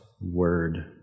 word